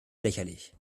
lächerlich